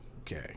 Okay